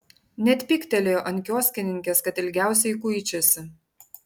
net pyktelėjo ant kioskininkės kad ilgiausiai kuičiasi